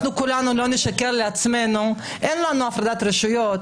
לא נשקר לעצמנו, אין לנו הפרדת רשויות.